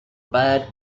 bad